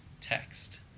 text